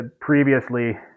previously